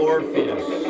Orpheus